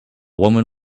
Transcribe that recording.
woman